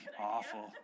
awful